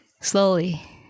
slowly